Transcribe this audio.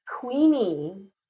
Queenie